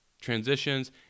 transitions